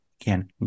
again